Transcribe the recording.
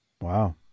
Wow